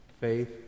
faith